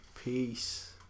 Peace